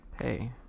hey